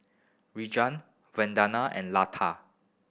Vandana and Lata